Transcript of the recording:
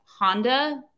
Honda